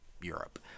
europe